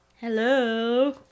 hello